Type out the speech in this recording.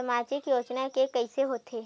सामाजिक योजना के कइसे होथे?